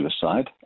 suicide